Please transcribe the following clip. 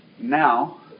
Now